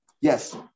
Yes